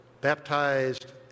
baptized